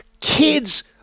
kids